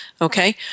Okay